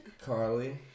Carly